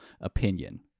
opinion